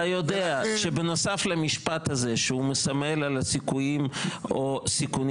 אתה יודע שבנוסף למשפט הזה שהוא מסמל על הסיכויים או הסיכונים